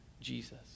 Jesus